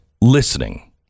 listening